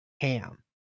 ham